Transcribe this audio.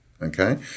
Okay